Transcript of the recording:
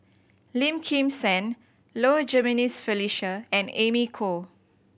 Lim Kim San Low Jimenez Felicia and Amy Khor